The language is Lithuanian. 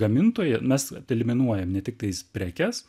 gamintoją mes teliminuojam ne tiktais prekes